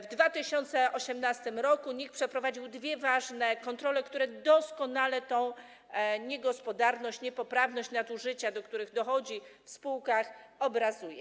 W 2018 r. NIK przeprowadził dwie ważne kontrole, które doskonale tę niegospodarność, niepoprawność, nadużycia, do których dochodzi w tych spółkach, obrazuje.